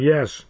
Yes